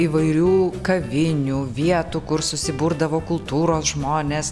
įvairių kavinių vietų kur susiburdavo kultūros žmonės